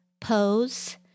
pose